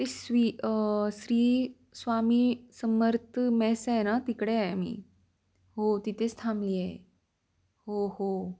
ते स्वी श्री स्वामी समर्थ मेस आहे ना तिकडे आहे आम्ही हो तिथेच थांबली आहे हो हो